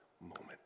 moment